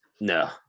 no